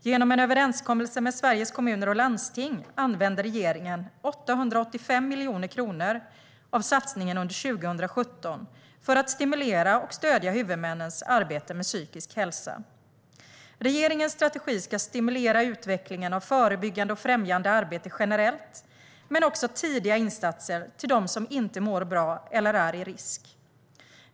Genom en överenskommelse med Sveriges Kommuner och Landsting använder regeringen 885 miljoner kronor av satsningen under 2017 för att stimulera och stödja huvudmännens arbete med psykisk hälsa. Regeringens strategi ska stimulera utvecklingen av förebyggande och främjande arbete generellt men också tidiga insatser till dem som inte mår bra eller är i risk.